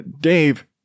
Dave